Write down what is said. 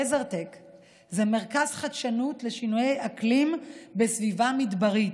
DeserTech זה מרכז חדשנות לשינויי אקלים בסביבה מדברית.